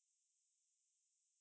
then 你会 toh